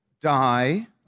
Die